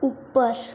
ऊपर